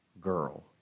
girl